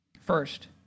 first